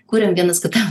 kuriam vienas kitam